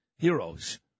heroes